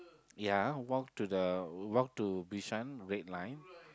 ya walk to the walk to Bishan red line